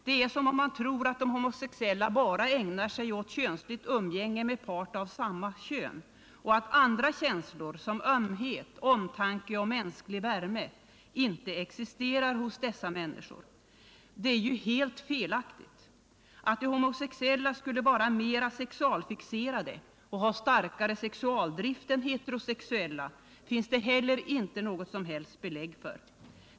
Det är som om man tror att de homosexuella bara ägnar sig åt könsligt umgänge med part av samma kön och att känslor som ömhet, omtanke och mänsklig värme inte existerar hos dessa människor. Det är ju helt felaktigt. Att de homosexuella skulle vara mer sexualfixerade och ha starkare sexualdrift än heterosexuella finns det heller inte något som helst belägg för.